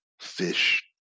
fish